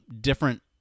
different